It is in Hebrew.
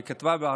היא כתבה בערבית